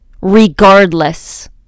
Regardless